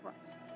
Christ